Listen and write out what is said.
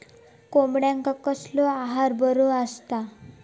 कोंबड्यांका कसलो आहार बरो असता?